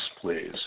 please